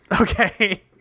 Okay